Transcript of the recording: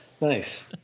Nice